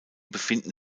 befinden